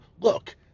Look